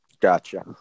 gotcha